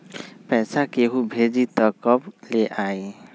पैसा केहु भेजी त कब ले आई?